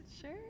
Sure